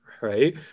right